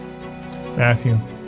Matthew